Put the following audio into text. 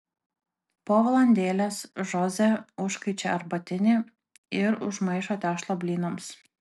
po valandėlės žoze užkaičia arbatinį ir užmaišo tešlą blynams